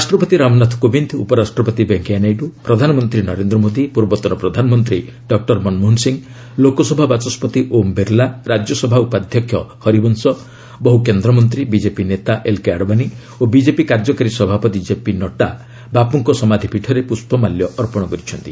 ରାଷ୍ଟ୍ରପତି ରାମନାଥ କୋବିନ୍ଦ ଉପରାଷ୍ଟ୍ରପତି ଭେଙ୍କିୟା ନାଇଡୁ ପ୍ରଧାନମନ୍ତ୍ରୀ ନରେନ୍ଦ୍ର ମୋଦି ପୂର୍ବତନ ପ୍ରଧାନମନ୍ତ୍ରୀ ଡକ୍ଟର ମନମୋହନ ସିଂହ ଲୋକସଭା ବାଚସ୍କତି ଓମ୍ ବିର୍ଲା ରାଜ୍ୟସଭା ଉପାଧ୍ୟକ୍ଷ ହରିବଂଶ ବହୁ କେନ୍ଦ୍ରମନ୍ତୀ ବିକେପି ନେତା ଏଲ୍କେ ଆଡ୍ବାନୀ ଓ ବିଜେପି କାର୍ଯ୍ୟକାରୀ ସଭାପତି ଜେପି ନଡ୍ରା ବାପୁଙ୍କ ସମାଧିପୀଠରେ ପୁଷ୍ପମାଲ୍ୟ ଅର୍ପଣ କରିଛନ୍ତି